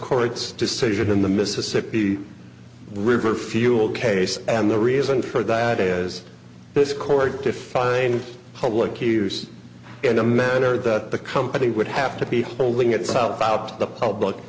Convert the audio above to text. court's decision in the mississippi river fuel case and the reason for that is this court defined public use in a manner that the company would have to be holding itself out the public